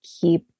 keep